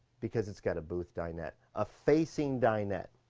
because it's got a booth dinette, a facing dinette.